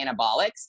anabolics